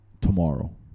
tomorrow